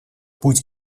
путь